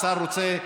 אתה רוצה,